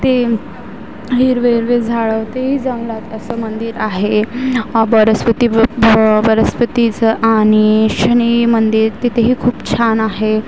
ते हिरवे हिरवे झाडं तेही जंगलात असं मंदिर आहे एक बरस्पती ब बृहस्पतीचं आणि शनि मंदिर तिथेही खूप छान आहे